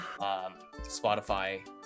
Spotify